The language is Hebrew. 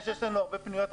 יש לנו הרבה פניות,